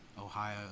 Ohio